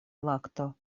lakto